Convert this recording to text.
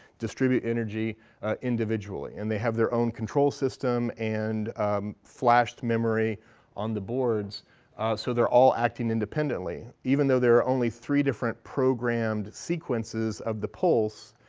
distribute energy individually and they have their own control system and flash memory on the boards so they're all acting independently. even though there are only three different programmed sequences of the pulse,